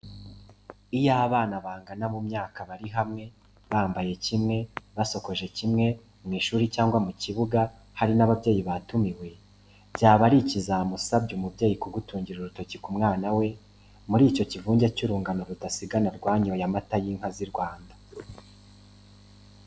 Iyo abana bangana mu myaka bari hamwe, bambaye kimwe, basokoje kimwe, mu ishuri cyangwa mu kibuga; hari n'ababyeyi batumiwe, byaba ari ikizamini usabye umubyeyi kugutungira urutoki ku mwana we, muri icyo kivunge cy'urungano rudasigana rwanyoye amata y'inka z'inyarwanda.